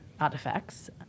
artifacts